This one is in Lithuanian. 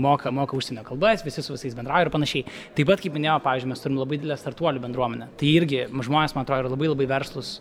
moka moka užsienio kalbas visi su visais bendrauja ir panašiai taip pat kaip minėjau pavyzdžiui mes turim labai didelę startuolių bendruomenę tai irgi žmonės man atrodo yra labai labai verslūs